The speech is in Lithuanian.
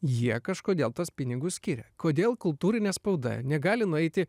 jie kažkodėl tuos pinigus skiria kodėl kultūrinė spauda negali nueiti